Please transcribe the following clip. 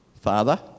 father